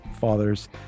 fathers